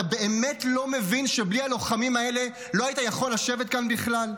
אתה באמת לא מבין שבלי הלוחמים האלה לא היית יכול לשבת כאן בכלל?